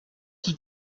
qui